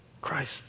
Christ